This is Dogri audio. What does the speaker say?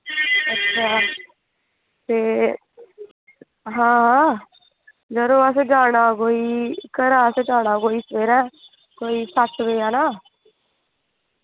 अच्छा ते हां यरो असें जाना कोई घरा असें जाना कोई सवेरै कोई सत्त बजे हारे